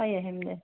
চাই আহিম দে